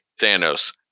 Thanos